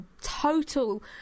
total